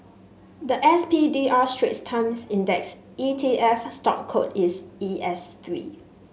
the S P D R Straits Times Index E T F stock code is E S three